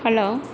hello